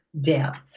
depth